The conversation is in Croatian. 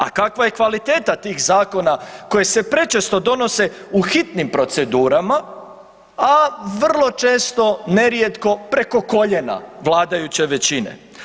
A kakva je kvaliteta tih zakona koje se prečesto donose u hitnim procedurama, a vrlo često nerijetko preko koljena vladajuće većine?